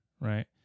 right